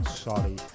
Sorry